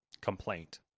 complaint